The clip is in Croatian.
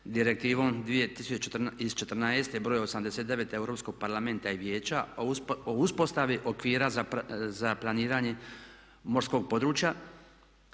Direktivom iz 2014. br. 89 Europskog parlamenta i vijeća o uspostavi okvira za planiranje morskog područja